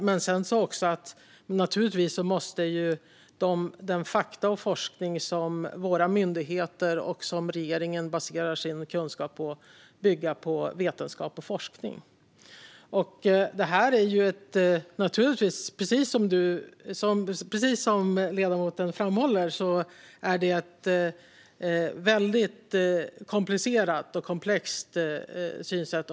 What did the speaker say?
Men de fakta och den forskning som våra myndigheter och regeringen baserar sin kunskap på måste naturligtvis också bygga på vetenskap och forskning. Precis som ledamoten framhåller är det här ett komplicerat och komplext synsätt.